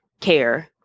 care